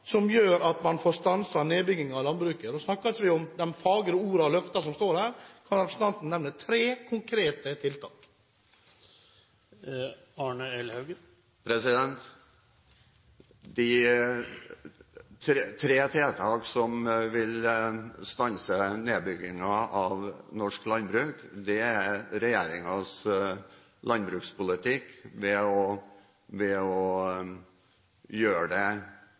som gjør at man får stanset nedbyggingen av landbruket? Da snakker vi ikke om de fagre ordene som står der, og løftene man gir. Kan representanten nevne tre konkrete tiltak? Når det gjelder tre tiltak som vil stanse nedbyggingen av norsk landbruk: Regjeringens landbrukspolitikk vil gjøre det mer lønnsomt å